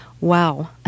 Wow